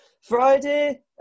Friday